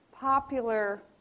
popular